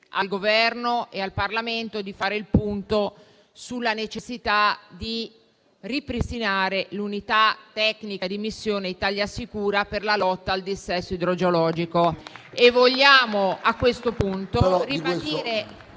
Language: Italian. al Governo e al Parlamento di fare il punto sulla necessità di ripristinare l'unità tecnica di missione ItaliaSicura per la lotta al dissesto idrogeologico.